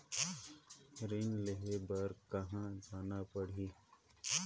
ऋण लेहे बार कहा जाना पड़ही?